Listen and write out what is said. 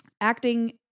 Acting